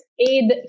aid